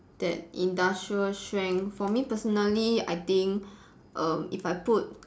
that industrial strength for me personally I think err if I put